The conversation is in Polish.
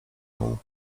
muł